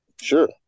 sure